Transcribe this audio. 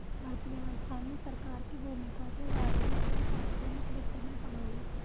अर्थव्यवस्था में सरकार की भूमिका के बारे में तुम सार्वजनिक वित्त में पढ़ोगे